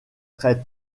très